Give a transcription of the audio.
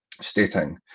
stating